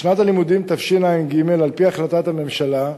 בשנת הלימודים תשע"ג, על-פי החלטת הממשלה,